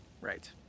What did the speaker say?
Right